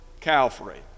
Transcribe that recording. Calvary